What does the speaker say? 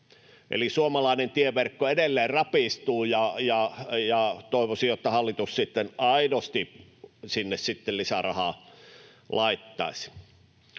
suomalainen tieverkko edelleen rapistuu. Toivoisin, että hallitus sitten aidosti sinne lisää rahaa laittaisi.